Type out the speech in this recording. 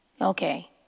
okay